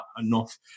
enough